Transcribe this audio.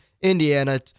Indiana